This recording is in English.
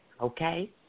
Okay